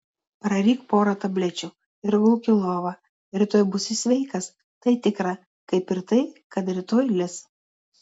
praryk porą tablečių ir gulk į lovą rytoj būsi sveikas tai tikra kaip ir tai kad rytoj lis